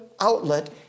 outlet